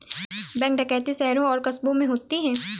bank डकैती शहरों और कस्बों में होती है